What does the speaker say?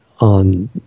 on